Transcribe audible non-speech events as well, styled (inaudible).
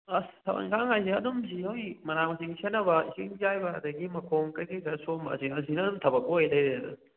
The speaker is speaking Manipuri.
ꯑꯁ ꯊꯕꯛ ꯏꯪꯈꯥꯡ ꯍꯥꯏꯁꯦ ꯑꯗꯨꯝ (unintelligible) ꯃꯅꯥ ꯃꯁꯤꯡ ꯁꯦꯟꯅꯕ ꯏꯁꯤꯡ ꯆꯥꯏꯕ ꯑꯗꯒꯤ ꯃꯈꯣꯡ ꯀꯩꯀꯩ ꯈꯔ ꯁꯣꯝꯕ ꯑꯁꯤꯅ ꯑꯗꯨꯝ ꯊꯕꯛ ꯑꯣꯏꯅ ꯂꯩꯔꯦꯗ